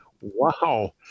Wow